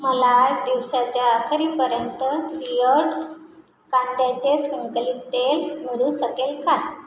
मला दिवसाच्या अखेरीपर्यंत बिअर्ड कांद्याचे संकलित तेल मिळू शकेल का